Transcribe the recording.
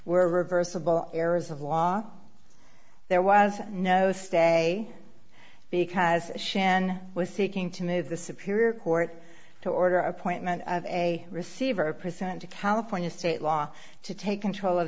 were reversible errors of law there was no stay because shan was seeking to move the superior court to order appointment of a receiver present to california state law to take control of